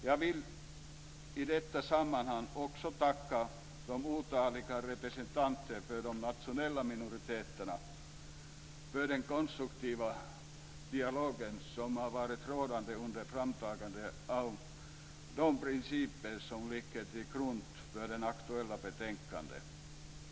Jag vill i detta sammanhang också tacka de otaliga representanterna för de nationella minoriteterna för den konstruktiva dialog som varit rådande under framtagandet av de principer som ligger till grund för det aktuella betänkandet.